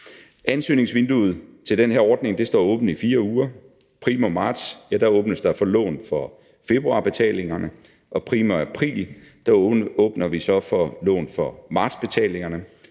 Ansøgningsvinduet til den her ordning står åbent i 4 uger. Primo marts åbnes der op for lån for februarbetalingerne, og primo april åbner vi så for lån for martsbetalingerne.